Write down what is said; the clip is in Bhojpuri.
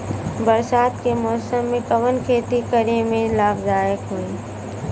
बरसात के मौसम में कवन खेती करे में लाभदायक होयी?